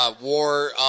war